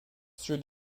through